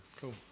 Cool